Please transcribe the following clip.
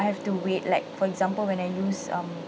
have to wait like for example when I use um